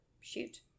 shoot